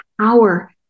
Power